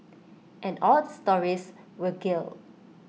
and all the stories were gelled